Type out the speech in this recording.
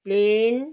plane